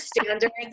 standards